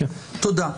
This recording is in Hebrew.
תודה.